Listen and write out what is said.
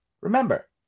remember